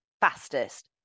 fastest